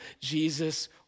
Jesus